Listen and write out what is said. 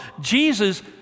Jesus